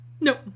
Nope